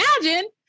imagine